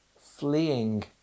fleeing